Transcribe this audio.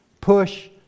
push